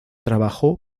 trabajó